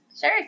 Sure